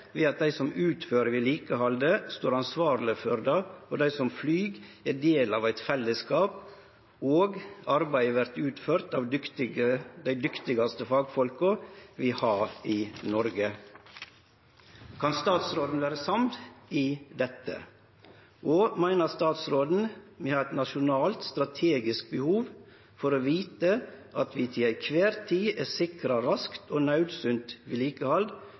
ved at dei som utfører vedlikehaldet, står ansvarlege for det, og at dei som flyg, er del av eit fellesskap, og at arbeidet vert utført av dei dyktigaste fagfolka vi har i Noreg. Kan statsråden vere samd i dette? Og meiner statsråden at vi har eit nasjonalt strategisk behov for å vite at vi til kvar tid er sikra raskt og naudsynt vedlikehald